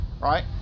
right